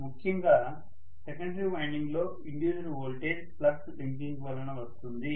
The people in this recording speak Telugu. ముఖ్యంగా సెకండరీ వైండింగ్ లో ఇండ్యూస్డ్ వోల్టేజ్ ఫ్లక్స్ లింకింగ్ వల్ల వస్తుంది